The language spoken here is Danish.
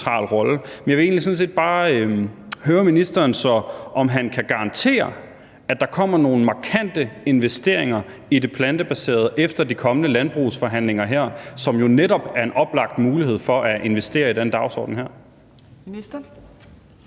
jeg vil egentlig sådan set bare høre ministeren, om han kan garantere, at der kommer nogle markante investeringer i det plantebaserede efter de kommende landbrugsforhandlinger, som jo netop er en oplagt mulighed for at investere i den dagsorden her.